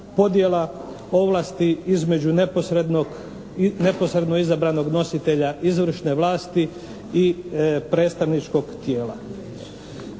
podjela ovlasti između neposredno izabranog nositelja izvršne vlasti i predstavničkog tijela.